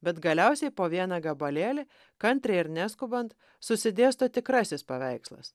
bet galiausiai po vieną gabalėlį kantriai ir neskubant susidėsto tikrasis paveikslas